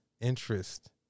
interest